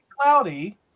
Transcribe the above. cloudy